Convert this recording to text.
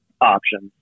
options